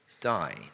die